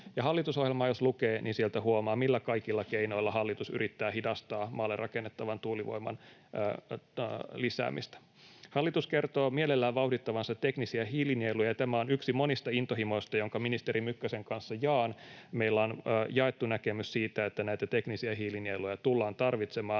hallitusohjelmaa jos lukee, niin sieltä huomaa, millä kaikilla keinoilla hallitus yrittää hidastaa maalle rakennettavan tuulivoiman lisäämistä. Hallitus kertoo mielellään vauhdittavansa teknisiä hiilinieluja, ja tämä on yksi monista intohimoista, jonka ministeri Mykkäsen kanssa jaan — meillä on jaettu näkemys siitä, että näitä teknisiä hiilinieluja tullaan tarvitsemaan